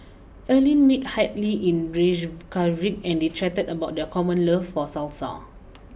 Earline met Hadley in Reykjavik and they chatted about their common love for Salsa